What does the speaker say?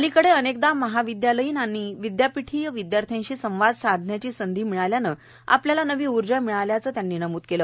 अलिकडे अनेकदा महाविदयालयीन आणि विदयापीठीय विदयार्थ्यांशी संवाद साधायची संधी मिळाल्यानं आपल्याला नवी उर्जा मिळाल्याचं त्यांनी नमूद केलं